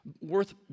worth